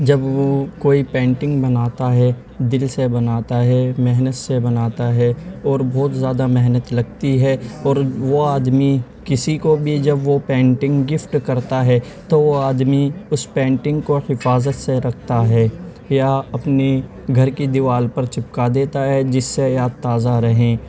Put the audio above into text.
جب وہ کوئی پینٹنگ بناتا ہے دل سے بناتا ہے محنت سے بناتا ہے اور بہت زیادہ محنت لگتی ہے اور وہ آدمی کسی کو بھی جب وہ پینٹنگ گفٹ کرتا ہے تو وہ آدمی اس پینٹنگ کو حفاظت سے رکھتا ہے یا اپنی گھر کی دیوار پر چپکا دیتا ہے جس سے یاد تازہ رہے